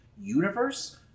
universe